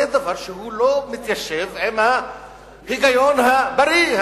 זה דבר שהוא לא מתיישב עם ההיגיון הבריא,